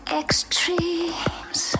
extremes